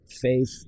faith